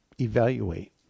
evaluate